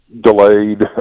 delayed